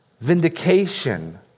vindication